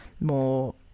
more